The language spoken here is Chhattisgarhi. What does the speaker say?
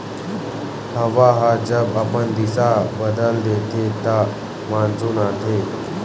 हवा ह जब अपन दिसा बदल देथे त मानसून आथे